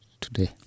today